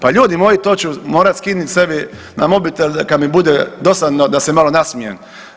Pa ljudi moji, to ću morati skinit sebi na mobitel kad mi bude dosadno da se malo nasmijem.